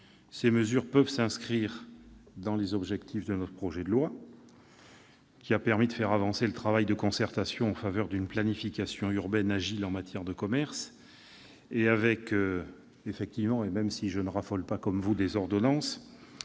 Ces mesures peuvent s'inscrire dans les objectifs de notre projet de loi, qui a permis de faire avancer le travail de concertation vers une planification urbaine agile en matière de commerce, avec, effectivement, et même si, comme vous, je ne